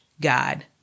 God